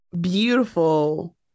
beautiful